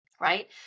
right